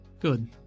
Good